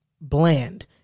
bland